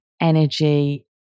energy